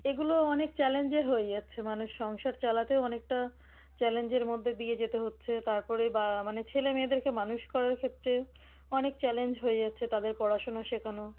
এগুলো অনেক চ্যালেঞ্জের হয়ে যাচ্ছে মানুষ সংসার চালাতেও অনেকটা চ্যালেঞ্জের মধ্যে দিয়ে যেতে হচ্ছে তার পরে বা মানে ছেলে মেয়েদেরকে মানুষ করার ক্ষেত্রে অনেক চ্যালেঞ্জ হয়ে যাচ্ছে তাদের পড়াশুনো শেখানো